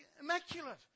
immaculate